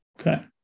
Okay